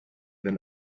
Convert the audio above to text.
than